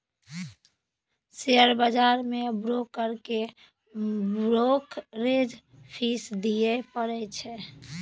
share बजार मे broker केँ ब्रोकरेज फीस दियै परै छै